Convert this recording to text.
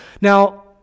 now